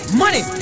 money